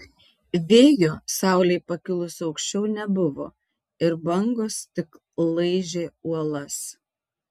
vėjo saulei pakilus aukščiau nebuvo ir bangos tik laižė uolas